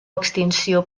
extinció